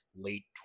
late